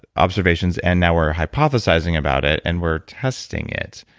observations, and now we're hypothesizing about it and we're testing it.